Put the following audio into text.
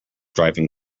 driving